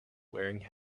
wearing